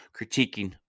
critiquing